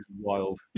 wild